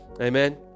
Amen